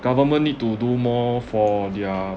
government need to do more for their